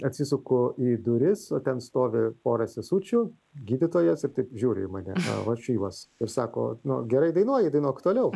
atsisuku į duris o ten stovi pora sesučių gydytojas ir taip žiūri į mane o aš į juos ir sako nu gerai dainuoji dainuok toliau